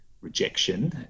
rejection